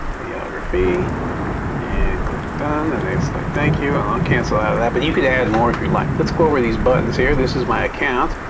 videography and click done and it's like, thank you, and i'll cancel out of that, but you could add more if you like. let's go over these buttons here. this is my account.